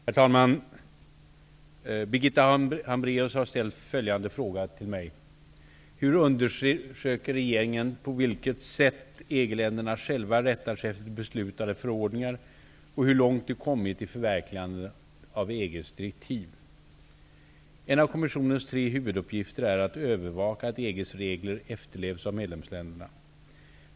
Herr talman! Birgitta Hambraeus har ställt följande fråga till mig: länderna själva rättar sig efter beslutade förordningar och hur långt de kommit i förverkligandet av EG:s direktiv? En av kommissionens tre huvuduppgifter är att övervaka att EG:s regler efterlevs av medlemsländerna.